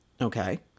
Okay